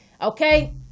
Okay